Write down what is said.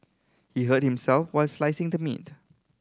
he hurt himself while slicing the meat